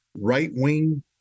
right-wing